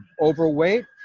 overweight